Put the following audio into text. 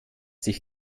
sich